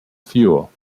fuel